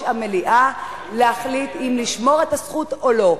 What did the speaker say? המליאה להחליט אם לשמור את הזכות או לא.